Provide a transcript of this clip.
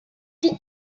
did